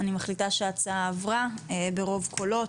הצבעה אושר אני מחליטה שההצעה עברה ברוב קולות.